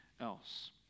else